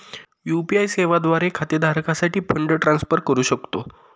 UPI सेवा द्वारे खाते धारकासाठी फंड ट्रान्सफर करू शकतो